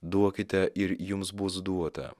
duokite ir jums bus duota